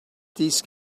these